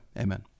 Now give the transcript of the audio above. Amen